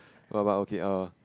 well but okay err